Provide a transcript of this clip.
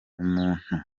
umuntu